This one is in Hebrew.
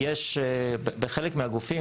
בחלק מהגופים,